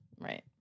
Right